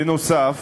בנוסף,